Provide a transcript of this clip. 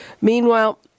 Meanwhile